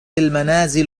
المنازل